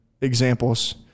examples